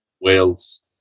Wales